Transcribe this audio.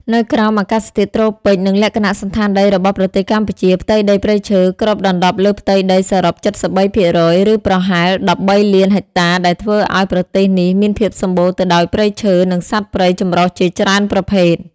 នៅក្រោមអាកាសធាតុត្រូពិច និងលក្ខណៈសណ្ឋានដីរបស់ប្រទេសកម្ពុជា ផ្ទៃដីព្រៃឈើគ្របដណ្តប់លើផ្ទៃដីសរុប ៧៣% ឬប្រហែល ១៣,០០០,០០០ ហិចតា ដែលធ្វើឱ្យ ប្រទេសនេះមានភាពសម្បូរទៅដោយព្រៃឈើ និងសត្វព្រៃចម្រុះជាច្រើនប្រភេទ។